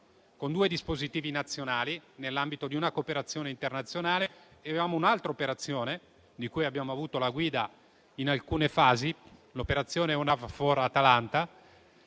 due dispositivi nazionali nell'ambito di una cooperazione internazionale. Avevamo altresì un'altra operazione di cui abbiamo avuto la guida in alcune fasi, l'operazione europea Eunavfor Atalanta.